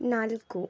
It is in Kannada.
ನಾಲ್ಕು